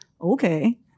okay